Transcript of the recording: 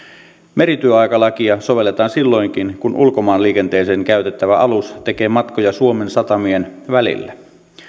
merityöaikalakia sovelletaan silloinkin kun ulkomaanliikenteeseen käytettävä alus tekee matkoja suomen satamien välillä